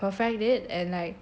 perfect it and like